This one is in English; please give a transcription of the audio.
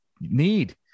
need